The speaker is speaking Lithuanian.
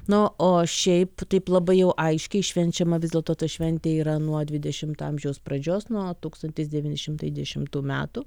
na o šiaip taip labai jau aiškiai švenčiama vis dėlto ta šventė yra nuo dvidešimto amžiaus pradžios nuo tūkstantis devyni šimtai dešimtų metų